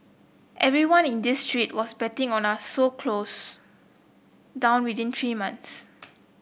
everyone in this street was betting on us so close down within three months